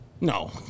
No